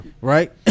Right